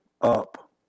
up